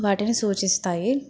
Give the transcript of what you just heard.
వాటిని సూచిస్తాయి